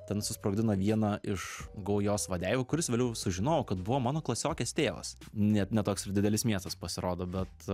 ten susprogdino vieną iš gaujos vadeivų kuris vėliau sužinojau kad buvo mano klasiokės tėvas ne ne toks ir didelis miestas pasirodo bet